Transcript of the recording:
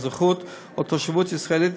או אזרחות או תושבות ישראלית,